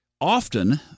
Often